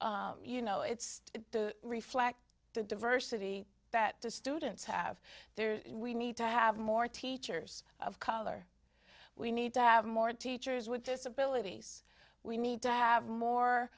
you know it's to reflect the diversity that the students have there we need to have more teachers of color we need to have more teachers with disabilities we need to have